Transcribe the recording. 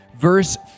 verse